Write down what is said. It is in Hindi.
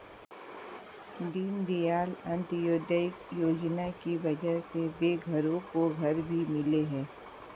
दीनदयाल अंत्योदय योजना की वजह से बेघरों को घर भी मिले हैं